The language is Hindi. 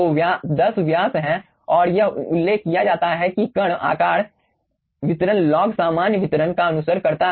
तो 10 व्यास हैं और यह उल्लेख किया जाता है कि कण आकार वितरण लॉग सामान्य वितरण का अनुसरण करता है